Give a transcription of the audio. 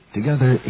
Together